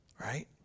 right